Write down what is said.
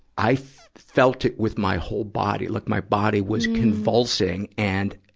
i felt it with my whole body, like my body was convulsing. and,